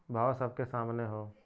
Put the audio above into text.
भावो सबके सामने हौ